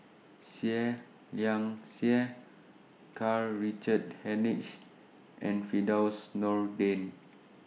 Seah Liang Seah Karl Richard Hanitsch and Firdaus Nordin